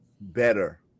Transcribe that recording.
better